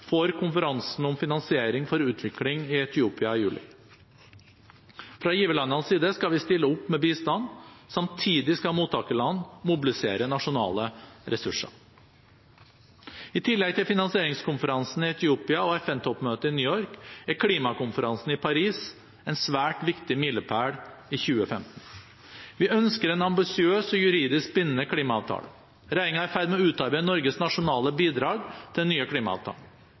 for konferansen om finansiering for utvikling i Etiopia i juli. Fra giverlandenes side skal vi stille opp med bistand. Samtidig skal mottakerland mobilisere nasjonale ressurser. I tillegg til finansieringskonferansen i Etiopia og FN-toppmøtet i New York er klimakonferansen i Paris en svært viktig milepæl i 2015. Vi ønsker en ambisiøs og juridisk bindende klimaavtale. Regjeringen er i ferd med å utarbeide Norges nasjonale bidrag til den nye klimaavtalen.